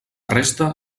resta